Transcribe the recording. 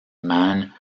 man